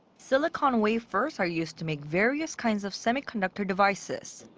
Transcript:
silicon wafers are used to make various kinds of semiconductor devices.